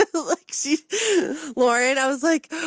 ah like, she lauren? i was like,